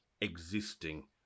existing